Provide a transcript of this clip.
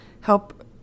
help